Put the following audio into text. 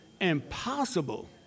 Impossible